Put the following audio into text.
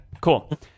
cool